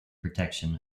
protection